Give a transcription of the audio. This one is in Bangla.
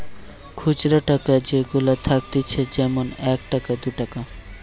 খুচরা টাকা যেগুলা থাকতিছে যেমন এক টাকা, দু টাকা